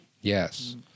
Yes